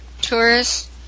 tourists